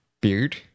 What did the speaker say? beard